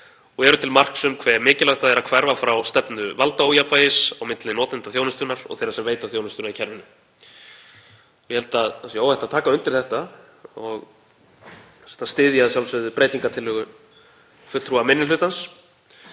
og eru til marks um hve mikilvægt það er að hverfa frá stefnu valdaójafnvægis á milli notenda þjónustunnar og þeirra sem veita þjónustuna í kerfinu.“ Ég held að óhætt sé að taka undir þetta og styðja að sjálfsögðu breytingartillögu fulltrúa minni hlutans